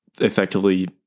effectively